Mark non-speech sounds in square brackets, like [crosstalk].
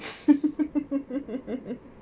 [laughs]